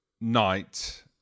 night